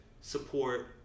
support